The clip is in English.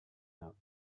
note